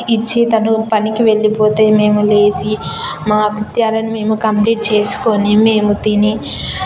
ఇచ్చి తను పనికి వెళ్ళిపోతే మేము లేసి మా కృత్యాలను మేము కంప్లీట్ చేసుకొని మేము తిని